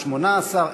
התשע"ד 2014,